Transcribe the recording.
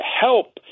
help